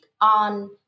on